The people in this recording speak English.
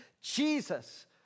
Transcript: Jesus